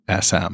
SM